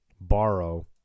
Borrow